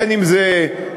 בין אם זה איזון,